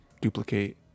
duplicate